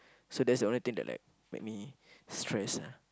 so that's the only thing that like make me stress ah